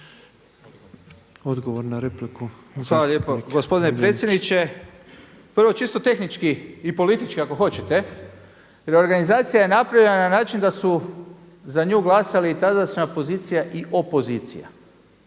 **Miljenić, Orsat (SDP)** Gospodine predsjedniče, prvo čisto tehnički i politički ako hoćete jer organizacija je napravljena na način da su za nju glasali tadašnja pozicija i opozicija.